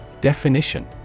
Definition